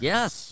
Yes